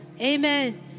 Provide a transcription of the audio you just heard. amen